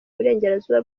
burengerazuba